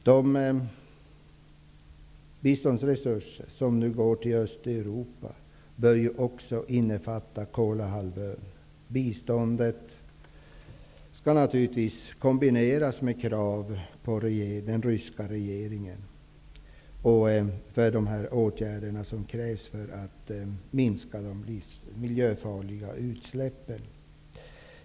De biståndsresurser som nu går till Östeuropa bör ju också innefatta Kolahalvön. Biståndet skall naturligtvis kombineras med krav på den ryska regeringen att vidta de åtgärder som krävs för att minska de miljöfarliga utsläppen.